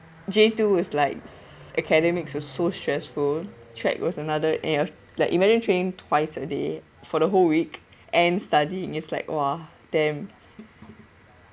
J two was like s~ academic's so stressful track was another N_S like imagine training twice a day for the whole week and studying it's like !wah! damn